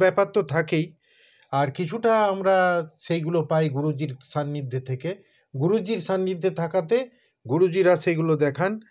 ব্যাপার তো থাকেই আর কিছুটা আমরা সেইগুলো পাই গুরুজীর সান্নিধ্যে থেকে গুরুজীর সান্নিধ্যে থাকাতে গুরুজীরা সেইগুলো দেখান